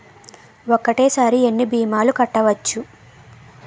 ఒక్కటేసరి ఎన్ని భీమాలు కట్టవచ్చు?